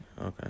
Okay